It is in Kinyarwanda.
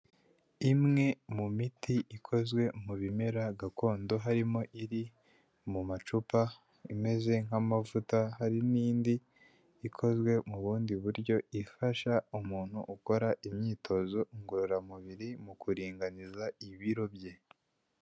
Umwe mu miti ikozwe mu bimera gakondo harimo iri mu macupa imeze nk'amavuta, hari n'indi ikozwe m'ubundi buryo ifasha umuntu ukora imyitozo ngororamubiri mu kuringaniza ibiro bye.